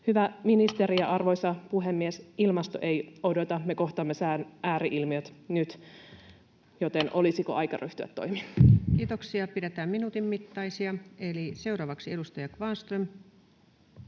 koputtaa] ja arvoisa puhemies, ilmasto ei odota, me kohtaamme sään ääri-ilmiöt nyt, joten olisiko aika ryhtyä toimiin? Kiitoksia. — Pidetään minuutin mittaisia puheenvuoroja. — Seuraavaksi edustaja Kvarnström.